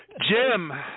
Jim